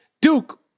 Duke